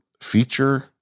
feature